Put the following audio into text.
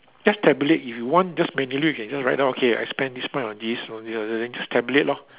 just tabulate if you want just manually you can just write down okay I spend this much on this just tabulate lor